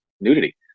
nudity